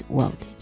World